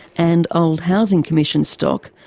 and old housing commission stock,